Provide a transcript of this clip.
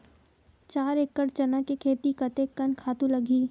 चार एकड़ चना के खेती कतेकन खातु लगही?